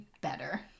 better